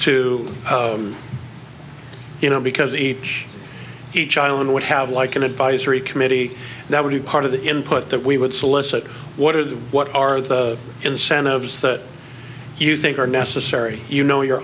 to you know because each each island would have like an advisory committee that would be part of the input that we would solicit what are the what are the incentives that you think are necessary you know your